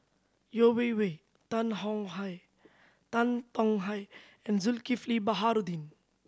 Yeo Wei Wei Tan Hong Hye Tan Tong Hye and Zulkifli Baharudin